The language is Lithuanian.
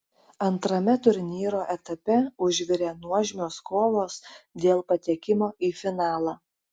antrame turnyro etape užvirė nuožmios kovos dėl patekimo į finalą